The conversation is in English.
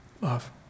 love